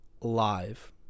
live